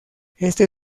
este